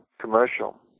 commercial